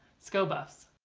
sko buffs!